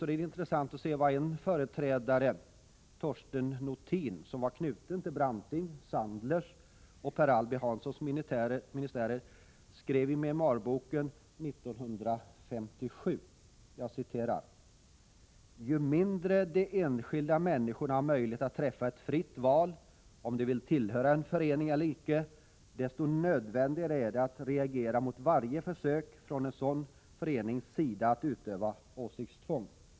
Det är intressant att se vad en företrädare, Torsten Nothin, som var knuten till Brantings, Sandlers och Per Albin Hanssons ministärer, skrev i en memoarbok 1957: ”Ju mindre de enskilda människorna har möjlighet att träffa ett fritt val om de vill tillhöra en förening eller icke, desto nödvändigare är det att reagera mot varje försök från en sådan förenings sida att utöva åsiktstvång.